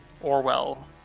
Orwell